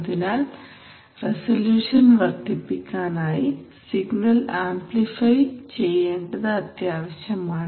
അതിനാൽ റസല്യൂഷൻ വർദ്ധിപ്പിക്കാനായി signal amplify ചെയ്യേണ്ടത് ആവശ്യമാണ്